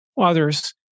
others